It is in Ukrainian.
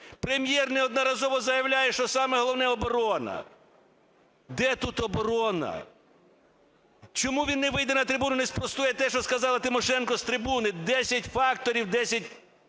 Прем'єр неодноразово заявляє, що саме головне – оборона. Де тут оборона? Чому він не вийде на трибуну, не спростує те, що сказала Тимошенко з трибуни: 10 факторів, 10